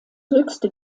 höchste